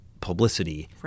publicity